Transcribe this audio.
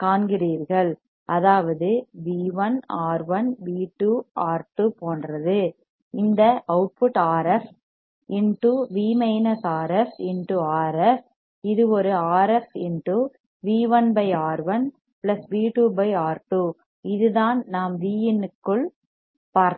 காண்கிறீர்கள் அதாவது V1 R1 V2 R2 போன்றது இந்த அவுட்புட் RF RF இது ஒரு RF V1 R1 V2 R2 இதுதான் நாம் Vinக்குள் பார்த்தது